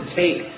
take